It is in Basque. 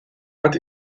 bat